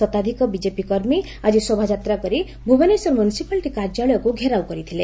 ଶତାଧ୍କ BJP କର୍ମୀ ଆକି ଶୋଭାଯାତ୍ରା କରି ଭୁବନେଶ୍ୱର ମ୍ୟୁନିସିପାଲିଟି କାର୍ଯ୍ୟାଳୟକୁ ଘେରାଉ କରିଥିଲେ